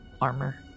armor